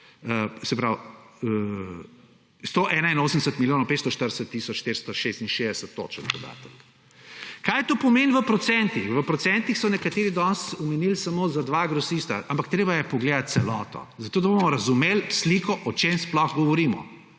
tisoč, 181 milijonov 540 tisoč 466, točen podatek. Kaj to pomeni v procentih? V procentih so nekateri danes omenili samo za dva grosista, ampak treba je pogledati celoto, zato da bomo razumeli sliko, o čem sploh govorimo